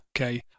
okay